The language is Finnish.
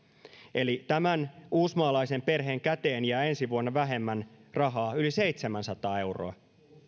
eli tämän uusimaalaisen perheen käteen jää ensi vuonna vähemmän rahaa yli seitsemänsataa euroa